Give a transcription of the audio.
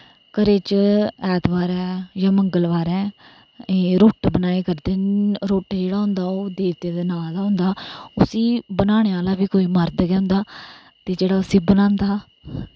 घरै च ऐत बारै जां मंगल बारै रट्ट बनाए करदे न रुट्ट जेह्ड़ा होंदा ओह् देवतै दे नांऽ दा होंदा उसी बनाने आह्ला बी कोई मर्द गै होंदा ते जेह्ड़ा उसी बनांदा